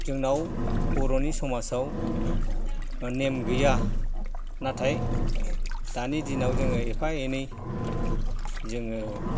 जोंनाव बर'नि समाजाव नेम गैया नाथाय दानि दिनाव जोङो एफा एनै जोङो